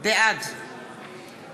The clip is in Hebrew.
בעד